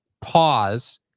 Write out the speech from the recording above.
Pause